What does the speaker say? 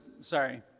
sorry